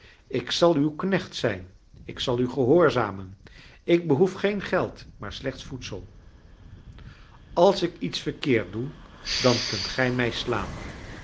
ik zal uw knecht zijn ik zal u gehoorzamen ik behoef geen geld maar slechts voedsel als ik iets verkeerd doe dan kunt gij mij slaan